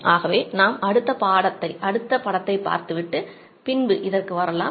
ஆகவே நாம் அடுத்த படத்தை பார்த்துவிட்டு பின்பு இதற்கு வரலாம்